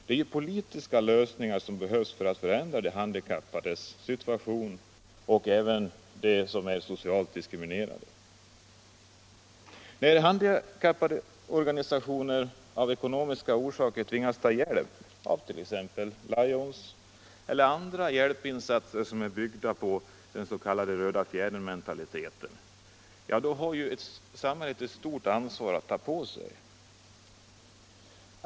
Det är ju politiska lösningar som behövs för att förändra situationen för de handikappade och även för dem som är socialt diskriminerade. När handikapporganisationer av ekonomiska orsaker tvingas ta cmot hjälp av t.ex. Lions eller andra hjälpinsatser som är byggda på den s.k. Röda fjädern-mentaliteten har samhället ett stort ansvar att ta på sig.